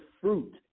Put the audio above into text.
fruit